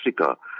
Africa